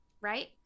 right